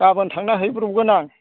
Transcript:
गाबोन थांना हैब्रबगोन आं